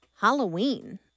Halloween